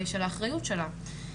ושל האחריות שלה.